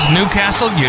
Newcastle